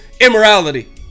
immorality